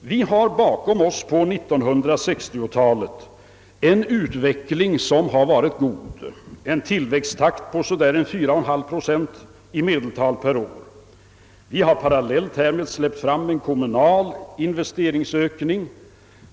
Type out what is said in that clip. Vi har bakom oss, under 1960-talet, en utveckling som varit god, en tillväxttakt på omkring 4,5 procent i medeltal per år. Vi har parallellt härmed släppt fram en kommunal investeringsökning